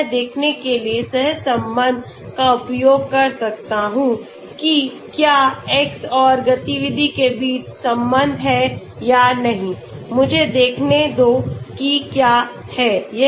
मैं यह देखने के लिए सहसंबंध का उपयोग कर सकता हूं कि क्या X और गतिविधि के बीच संबंध है या नहीं मुझे देखने दो कि क्या है